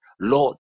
Lord